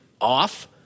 off